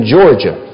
Georgia